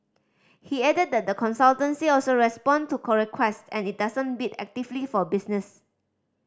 he added that the consultancy also respond to request and it doesn't bid actively for business